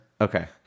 Okay